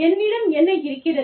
என்னிடம் என்ன இருக்கிறது